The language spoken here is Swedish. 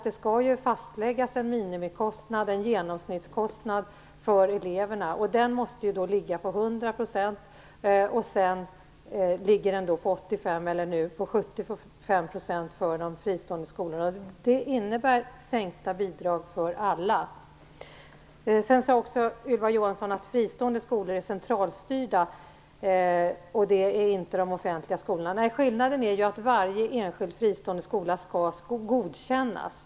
Det skall fastläggas en minimikostnad, en genomsnittskostnad, för eleverna. Den måste då ligga på 100 %. Sedan ligger nivån på 85 % eller nu 75 % för de fristående skolorna. Det innebär sänkta bidrag för alla. Ylva Johansson sade att fristående skolor är centralstyrda, och det är inte de offentliga skolorna. Skillnaden är att varje enskild fristående skola skall godkännas.